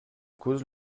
cause